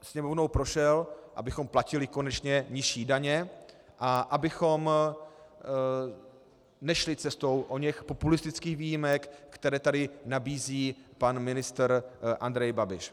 Sněmovnou prošel, abychom platili konečně nižší daně a abychom nešli cestou oněch populistických výjimek, které tady nabízí pan ministr Andrej Babiš.